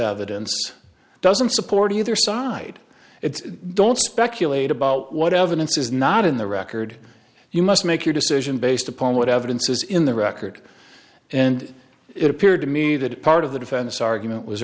evidence doesn't support either side it's don't speculate about what evidence is not in the record you must make your decision based upon what evidence is in the record and it appeared to me that part of the defense argument was